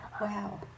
Wow